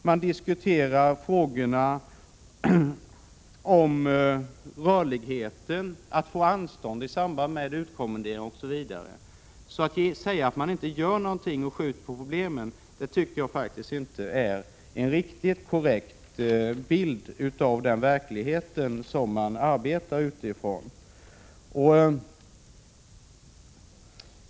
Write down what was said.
Man diskuterar frågorna om rörligheten, anstånd i samband med utkommendering osv. Att säga att man inte gör någonting utan skjuter på problemen tycker jag faktiskt inte ger en riktigt korrekt bild av verkligheten.